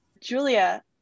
Julia